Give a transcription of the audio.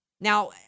Now